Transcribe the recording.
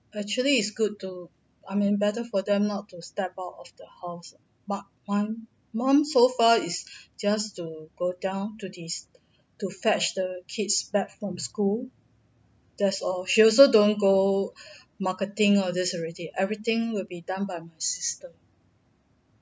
actually is good to I mean better for them not to step out of the house but my mum so far is just to go down to this to fetch the kids back from school that's all she also don't go marketing all this already everything will be done by my sister